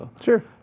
Sure